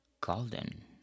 golden